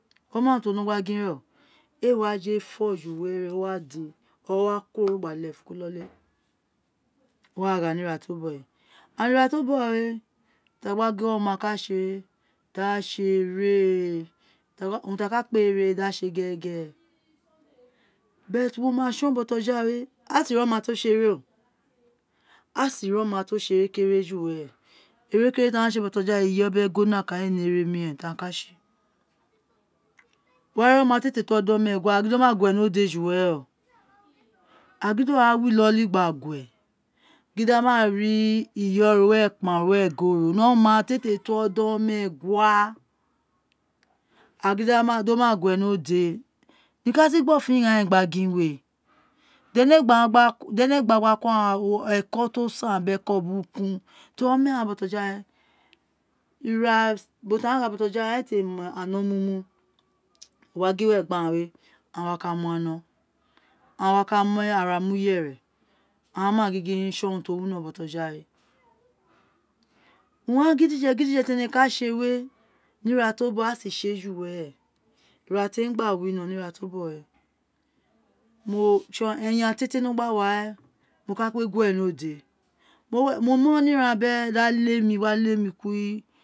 Oma urun ti ono gba gino ee wa je fo ju were owa din o wa kuworo gba lefun ku ilolinwe wa ghan ni ira to bogho ira to bogho we ti a gba gin oma tsi ere di a tsi ere urun ti a ka kpe ere a tsi ee here here wo ma tsom bo to ja jawe a si ri oma ti o tsi ere o a si ri oma ti o tsi ere ki ere ju were ere ki ere ti aghan tsi ee bojawe iyo bi ewo nokan aghan ee ne ere omiren to aka tsi ju were wo wari oma ti ee te to oron meegua a gin do ma guwe ni ode ju were o a gin do wa rin iloli gba guwe gin di a ma ri iyo to were ekpan ro were ego to no oma ti ee te to oron meegua a gin din o ma guwe ni ode niko agha gba ofo ighan gba gin we di ene gba gba ko eko tosen ta bi eko burukun to ri omeghan botoja we ira to aghan aghai botoja we aghen re ti mi ano mumu to gba gin were gbi aghan we a wa kq mu qno awa ka mu ara mu yere a ma gin gin tson urun ti o wu werei boto jawe orun ghan gi diji gidiji tr eme ka tse we nii ira to bogho a si tse ju were ira temi gba wino ni ira to bogho we gba tson ryan yei te jo gba wa reen mo ka kpe guewe hi ode mo mo ni iron gba ren di a le mi gba le mi kilu wa